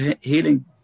healing